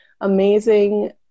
amazing